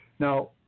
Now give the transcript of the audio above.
Now